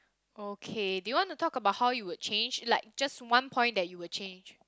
okay do you want to talk about how you would change like just one point that you will change